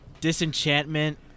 Disenchantment